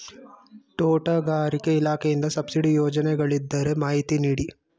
ತೋಟಗಾರಿಕೆ ಇಲಾಖೆಯಿಂದ ಸಬ್ಸಿಡಿ ಯೋಜನೆಗಳಿದ್ದರೆ ಮಾಹಿತಿ ನೀಡಿ?